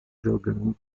jogando